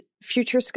future